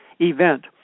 event